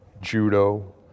Judo